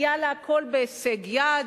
היה לה הכול בהישג יד,